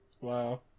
Wow